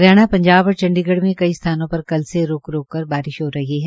हरियाणा पंजाब और चंडीगढ़ में कई स्थानोंपर कल से रूक रूक कर बारिश हो रही है